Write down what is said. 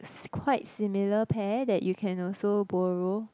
si~ quite similar pair that you can also borrow